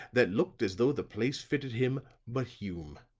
that looked as though the place fitted him, but hume.